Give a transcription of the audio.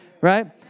right